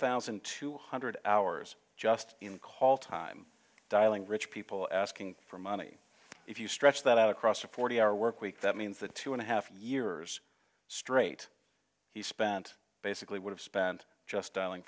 thousand two hundred hours just in call time dialing rich people asking for money if you stretch that out across a forty hour work week that means the two and a half years straight he spent basically would have spent just dialing